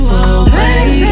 away